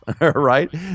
right